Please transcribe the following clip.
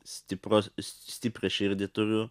stipros stiprią širdį turiu